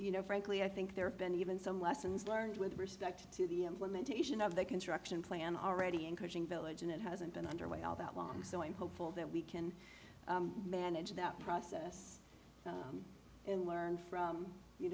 you know frankly i think there have been even some lessons learned with respect to the implementation of the construction plan already encroaching village and it hasn't been underway all that long so i'm hopeful that we can manage that process and learn from you